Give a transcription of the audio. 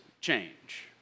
change